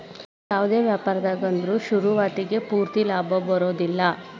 ಯಾವ್ದ ವ್ಯಾಪಾರ್ದಾಗ ಆದ್ರು ಶುರುವಾತಿಗೆ ಪೂರ್ತಿ ಲಾಭಾ ಬರೊದಿಲ್ಲಾ